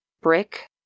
brick